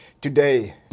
today